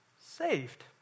Saved